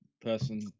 person